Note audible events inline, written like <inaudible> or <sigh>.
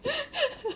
<laughs>